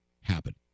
happen